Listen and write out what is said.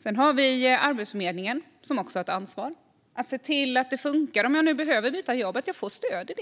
Också Arbetsförmedlingen har ett ansvar för att se till att det funkar, att jag får stöd